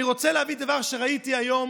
אני רוצה להביא דבר שראיתי היום: